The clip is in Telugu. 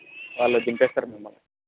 వాళ్ళు దింపేస్తారు మిమ్మల్ని